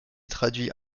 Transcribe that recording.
traduits